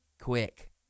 Quick